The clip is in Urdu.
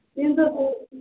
تین سو روپئے